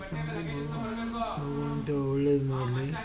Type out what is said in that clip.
ಭಗವಂತ ಒಳ್ಳೇದು ಮಾಡಲಿ